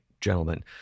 gentlemen